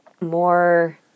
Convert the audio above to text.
more